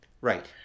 Right